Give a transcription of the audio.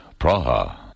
Praha